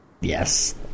Yes